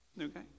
Okay